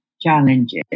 challenges